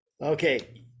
okay